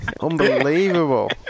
Unbelievable